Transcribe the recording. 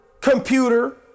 computer